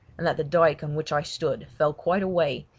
and that the dyke on which i stood fell quite away,